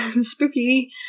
Spooky